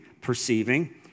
perceiving